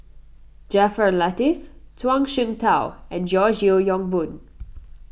Jaafar Latiff Zhuang Shengtao and George Yeo Yong Boon